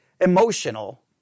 emotional